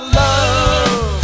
love